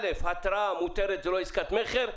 ראשית, התראה מותרת וזו לא עסקת מכר.